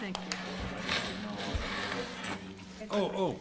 think oh